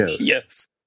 Yes